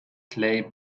clay